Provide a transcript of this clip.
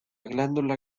glándula